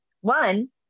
one